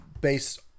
based